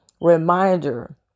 reminder